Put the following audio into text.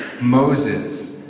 Moses